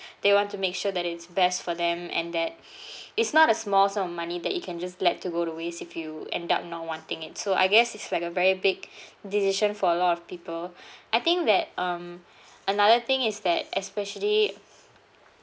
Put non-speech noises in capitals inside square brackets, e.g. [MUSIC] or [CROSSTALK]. [BREATH] they want to make sure that it's best for them and that [BREATH] it's not a small sum of money that you can just let to go to waste if you end up not wanting it so I guess it's like a very big decision for a lot of people [BREATH] I think that um another thing is that especially